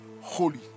holy